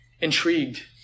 intrigued